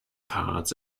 parts